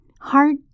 heart